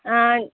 ஆ